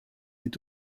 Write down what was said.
est